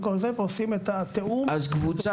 הם עושים את התיאום --- אז קבוצה